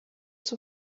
zur